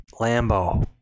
Lambo